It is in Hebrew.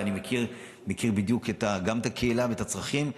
ואני מכיר בדיוק את הקהילה ואת הצרכים.